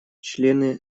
члены